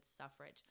suffrage